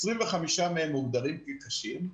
25 מהם מוגדרים כקשים.